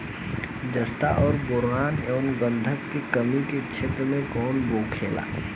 जस्ता और बोरान एंव गंधक के कमी के क्षेत्र कौन होखेला?